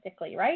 right